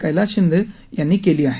कैलास शिंदे यांनी केली आहे